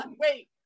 Wait